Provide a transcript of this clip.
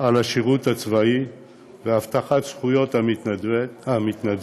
על השירות הצבאי והבטחת זכויות המתנדבים,